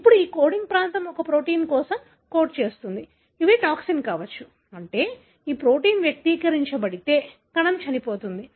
ఇప్పుడు ఈ కోడింగ్ ప్రాంతం ఒక ప్రోటీన్ కోసం కోడ్ చేస్తుంది ఇది టాక్సిన్ కావచ్చు అంటే ఈ ప్రోటీన్ వ్యక్తీకరించబడితే కణం చనిపోతుంది